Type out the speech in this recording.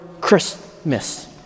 Christmas